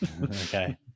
Okay